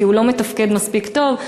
כי הוא לא מתפקד מספיק טוב.